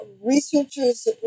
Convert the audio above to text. researchers